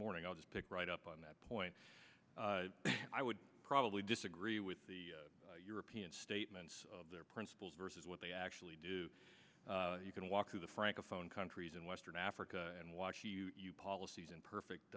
morning i'll just pick right up on that point i would probably disagree with the european statements of their principles versus what they actually do you can walk through the francophone countries in western africa and watch policies in perfect